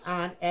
on